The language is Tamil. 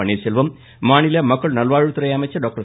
பன்னீர்செல்வம் மாநில மக்கள் நல்வாழ்வுத்துறை அமைச்சர் டாக்டர்